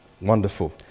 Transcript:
Wonderful